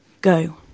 Go